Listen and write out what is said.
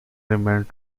remained